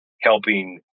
helping